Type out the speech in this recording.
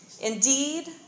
Indeed